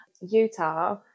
Utah